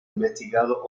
investigado